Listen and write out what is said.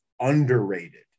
underrated